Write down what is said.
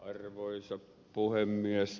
arvoisa puhemies